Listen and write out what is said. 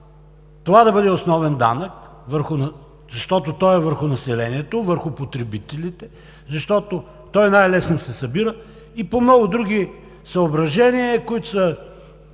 това да бъде основен данък, защото той е върху населението, върху потребителите, защото най-лесно се събира и по много други съображения, които до